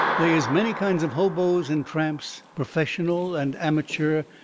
they is many kinds of hobos and tramps, perfessional and amachure,